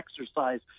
exercise